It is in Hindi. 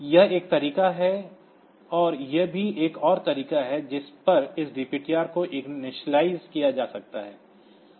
यह एक तरीका है और यह भी एक और तरीका है जिस पर इस DPTR को इनिशियलाइज़ किया जा सकता है